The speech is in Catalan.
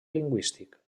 lingüístic